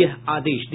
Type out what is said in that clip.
ये आदेश दिया